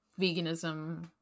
veganism